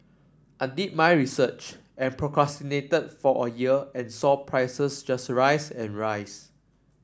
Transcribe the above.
I did my research and procrastinated for a year and saw prices just rise and rise